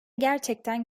gerçekten